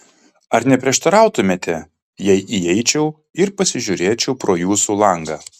ar neprieštarautumėte jei įeičiau ir pasižiūrėčiau pro jūsų langą